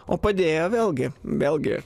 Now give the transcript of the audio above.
o padėjo vėlgi vėlgi